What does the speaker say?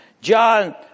John